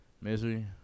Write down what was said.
misery